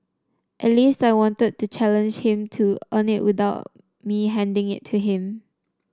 at least I wanted to challenge him to earn it without me handing it to him